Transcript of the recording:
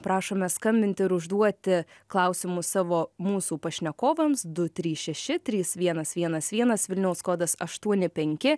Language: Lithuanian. prašome skambinti ir užduoti klausimus savo mūsų pašnekovams du trys šeši trys vienas vienas vienas vilniaus kodas aštuoni penki